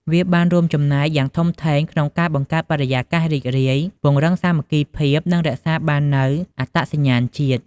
វាបានរួមចំណែកយ៉ាងធំធេងក្នុងការបង្កើតបរិយាកាសរីករាយ ពង្រឹងសាមគ្គីភាព និងរក្សាបាននូវអត្តសញ្ញាណជាតិ។